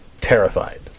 terrified